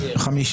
מי נגד?